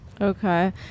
Okay